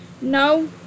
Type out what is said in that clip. No